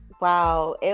wow